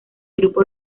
grupo